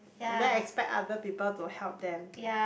and then expect other people to help them